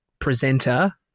presenter